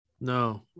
No